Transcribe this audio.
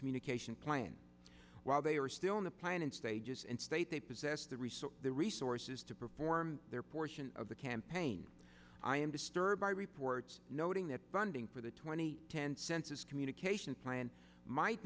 communication plan while they are still in the planning stages and state they possess the resource the resources to perform their portion of the campaign i am disturbed by reports noting that bunting for the twenty ten census communications plan might